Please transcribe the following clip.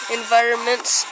environments